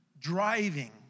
driving